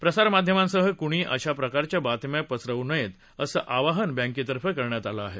प्रसारमाध्यमांसह कुणीही अशा प्रकारच्या बातम्या पसरवू नयेत असं आवाहन बँकेनं केलं आहे